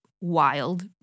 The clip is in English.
wild